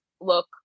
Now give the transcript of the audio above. look